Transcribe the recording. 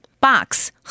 Box